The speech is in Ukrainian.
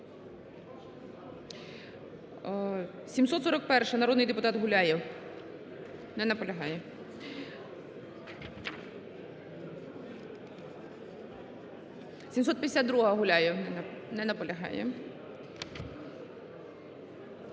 741-а, народний депутат Гуляєв. Не наполягає. 752-а, Гуляєв. Не наполягає.